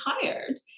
tired